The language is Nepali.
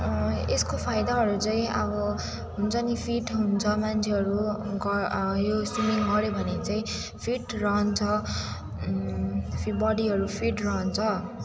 यसको फाइदाहरू चाहिँ अब हुन्छ नि फिट हुन्छ मान्छेहरू घर यो स्विमिङ गर्यो भने चाहिँ फिट रहन्छ बडीहरू फिट रहन्छ